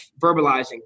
verbalizing